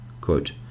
quote